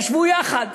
תשבו יחד.